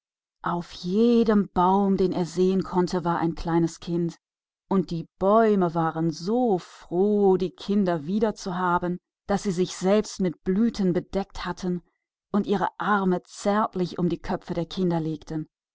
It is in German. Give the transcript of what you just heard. in jedem baum den er sehen konnte saß ein kleines kind und die bäume waren so froh die kinder wieder bei sich zu haben daß sie sich ganz mit blüten bedeckt hatten und ihre arme anmutig über den köpfen der kinder